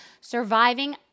surviving